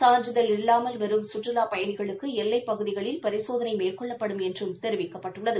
சான்றிதழ் இல்லமல் வரும் கற்றுலாப் பயணிகளுக்கு எல்லைப் பகுதிகளில் பரிசோதனை மேற்கொள்ளப்படும் என்றம் தெரிவிக்கப்பட்டுள்ளது